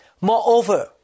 Moreover